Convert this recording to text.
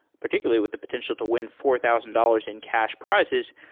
particularly with the potential to win four thousand dollars in cash prizes,